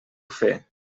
fer